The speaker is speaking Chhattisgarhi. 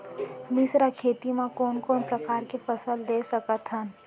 मिश्र खेती मा कोन कोन प्रकार के फसल ले सकत हन?